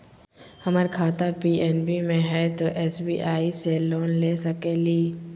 हमर खाता पी.एन.बी मे हय, तो एस.बी.आई से लोन ले सकलिए?